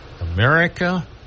America